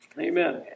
amen